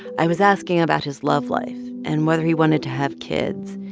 i was asking about his love life and whether he wanted to have kids.